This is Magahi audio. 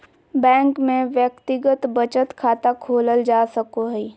बैंक में व्यक्तिगत बचत खाता खोलल जा सको हइ